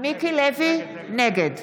נגד